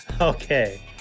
Okay